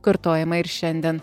kartojama ir šiandien